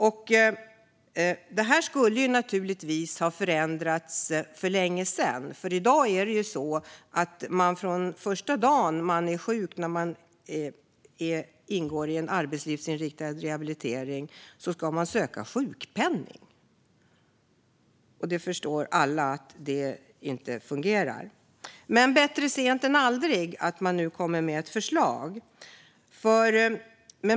I dag ska man alltså söka sjukpenning från första dagen man är sjuk när man ingår i en arbetslivsinriktad rehabilitering. Det här skulle naturligtvis ha förändrats för länge sedan! Alla förstår att det inte fungerar. Men bättre sent än aldrig, när man nu kommer med ett förslag.